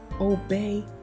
obey